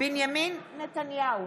בנימין נתניהו,